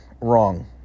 wrong